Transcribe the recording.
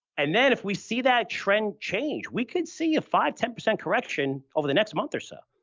and then if we see that trend change, we could see a five, ten percent correction over the next month or so.